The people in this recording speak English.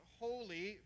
holy